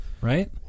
Right